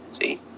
See